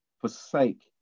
forsake